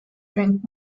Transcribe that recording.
drink